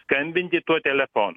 skambinti tuo telefonu